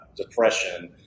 depression